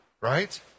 right